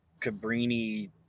Cabrini